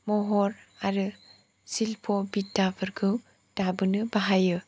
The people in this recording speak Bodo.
महर आरो सिल्फ' बिद्या फोरखौ दाबोनो बाहायो